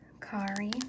Kari